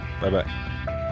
Bye-bye